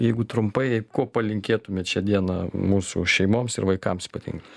jeigu trumpai ko palinkėtumėt šią dieną mūsų šeimoms ir vaikams ypatingai